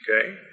Okay